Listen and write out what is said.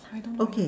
okay